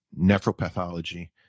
nephropathology